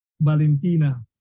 Valentina